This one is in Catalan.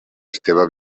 esteve